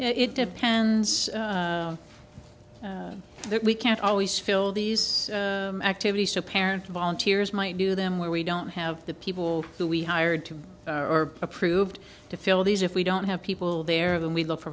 it depends that we can't always fill these activities to parent volunteers might do them where we don't have the people who we hired to are approved to fill these if we don't have people there then we look for